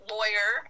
lawyer